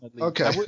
Okay